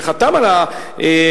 שחתם על ההסכמים,